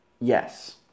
Yes